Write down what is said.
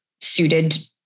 suited